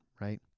right